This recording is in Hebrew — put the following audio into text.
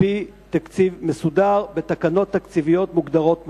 על-פי תקציב מסודר, בתקנות תקציביות מוגדרות מראש.